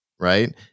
right